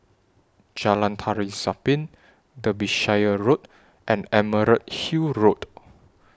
Jalan Tari Zapin Derbyshire Road and Emerald Hill Road